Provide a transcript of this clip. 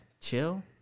chill